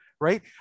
right